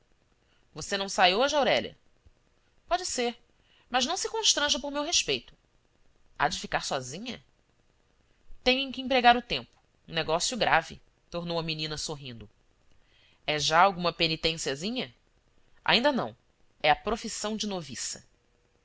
você não sai hoje aurélia pode ser mas não se constranja por meu respeito há de ficar sozinha tenho em que empregar o tempo um negócio grave tornou a menina sorrindo é já alguma penitenciazinha ainda não é a profissão de noviça